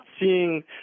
seeing